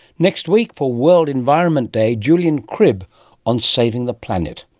next week for world environment day, julian cribb on saving the planet.